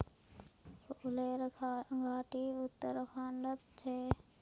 फूलेर घाटी उत्तराखंडत छे